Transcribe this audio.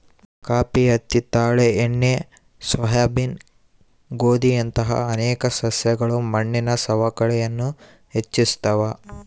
coffee ಹತ್ತಿ ತಾಳೆ ಎಣ್ಣೆ ಸೋಯಾಬೀನ್ ಗೋಧಿಯಂತಹ ಅನೇಕ ಸಸ್ಯಗಳು ಮಣ್ಣಿನ ಸವಕಳಿಯನ್ನು ಹೆಚ್ಚಿಸ್ತವ